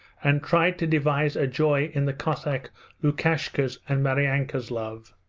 and tried to devise a joy in the cossack lukashka's and maryanka's love,